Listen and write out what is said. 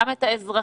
גם את האזרחים,